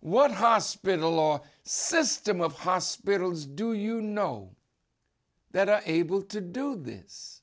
what hospital or system of hospitals do you know that are able to do this